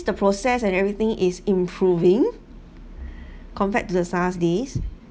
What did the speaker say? the process and everything is improving compared to the SARS days